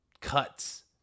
cuts